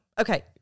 okay